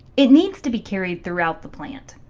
it needs to be carried throughout the plant.